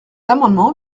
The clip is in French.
amendement